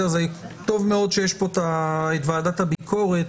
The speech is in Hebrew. טוב מאוד שיש פה את ועדת הביקורת,